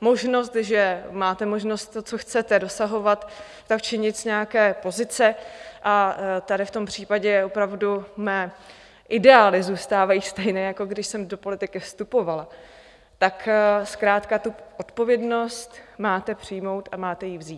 možnost, že máte možnost to, co chcete, dosahovat, tak činit z nějaké pozice a tady v tom případě opravdu mé ideály zůstávají stejné, jako když jsem do politiky vstupovala tak zkrátka tu odpovědnost máte přijmout a máte ji vzít.